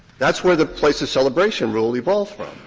that's where the place of celebration rule evolved from,